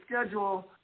schedule